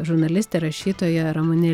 žurnalistė rašytoja ramunė